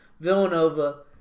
Villanova